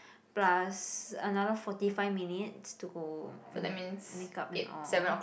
plus another forty five minutes to go make up and all